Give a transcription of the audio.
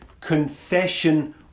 confession